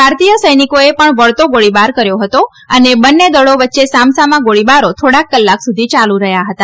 ભારતીય સૈનિકોએ પણ વળતો ગોળીબાર કર્યો હતો અને બંને દળો વચ્ચે સામસામા ગોળીબારો થોડાક કલાકો સુધી ચાલુ રહ્યા હતા